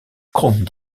chrome